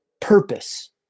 purpose